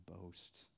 boast